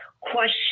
question